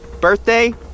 Birthday